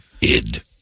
Id